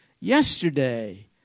Yesterday